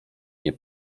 nie